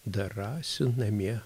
dar rasiu namie